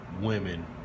women